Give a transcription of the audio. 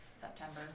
September